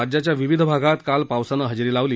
राज्याच्या विविध भागात काल पावसानं हजेरी लावली